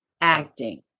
acting